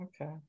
Okay